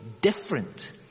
different